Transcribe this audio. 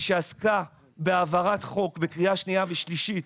שעסקה בהעברת חוק בקריאה שנייה ושלישית